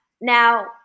now